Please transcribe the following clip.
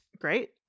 great